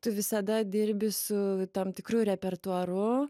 tu visada dirbi su tam tikru repertuaru